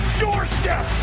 doorstep